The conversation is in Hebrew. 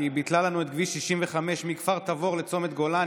כי היא ביטלה לנו את כביש 65 מכפר תבור לצומת גולני,